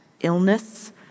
illness